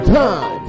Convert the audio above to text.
time